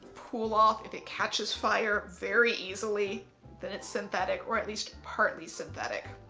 pull off. if it catches fire very easily then it's synthetic or at least partly synthetic.